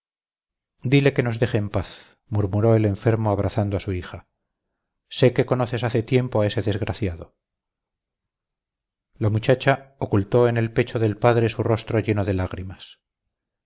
dile que nos deje en paz murmuró el enfermo abrazando a su hija sé que conoces hace tiempo a ese desgraciado la muchacha ocultó en el pecho del padre su rostro lleno de lágrimas